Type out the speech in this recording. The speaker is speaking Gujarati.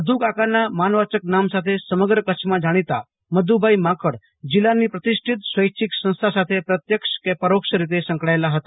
મધુકાકા ના માનવાચક નામ સાથે સમગ્ર કચ્છમાં જાણીતા મધુભાઈ માંકડ જીલ્લાની પ્રતિષ્ઠિત સ્વેચ્છિક સંસ્થા સાથે પ્રત્યક્ષ કે પરોક્ષ રીતે સંકળાયેલા હતા